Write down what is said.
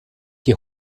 que